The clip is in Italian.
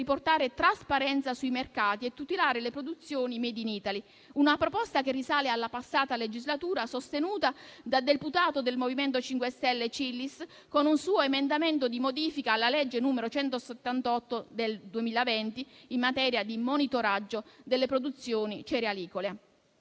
riportare trasparenza sui mercati e tutelare le produzioni *made in Italy*. È una proposta che risale alla scorsa legislatura, sostenuta dall'ex deputato del MoVimento 5 Stelle Cillis con un suo emendamento di modifica alla legge n. 178 del 2020 in materia di monitoraggio delle produzioni cerealicole.